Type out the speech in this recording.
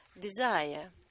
desire